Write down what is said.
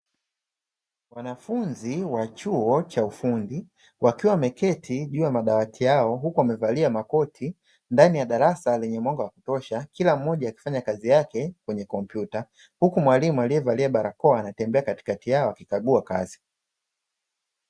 Wanafunzi wa chuo cha ufundi, wakiwa wameketi juu ya madawati yao huku wamevalia makoti ndani ya darasa lenye mwanga wa kutosha, kila mmoja akifanya kazi yake kwenye kompyuta. Huku mwalimu aliyevalia barakoa anatembea katikati yao akikagua kazi.